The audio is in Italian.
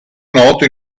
noto